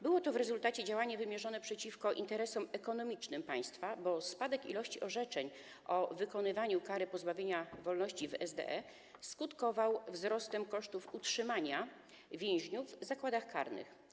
Było to w rezultacie działanie wymierzone przeciwko interesom ekonomicznym państwa, bo spadek liczby orzeczeń o wykonywaniu kary pozbawienia wolności w SDE skutkował wzrostem kosztów utrzymania więźniów w zakładach karnych.